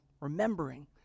remembering